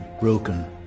broken